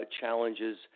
challenges